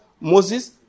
Moses